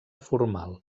formal